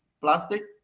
plastic